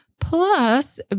plus